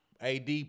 AD